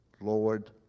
Lord